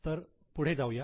तर पुढे जाऊया